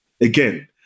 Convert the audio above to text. Again